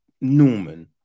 Norman